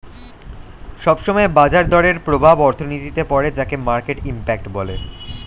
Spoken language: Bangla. সব সময় বাজার দরের প্রভাব অর্থনীতিতে পড়ে যাকে মার্কেট ইমপ্যাক্ট বলে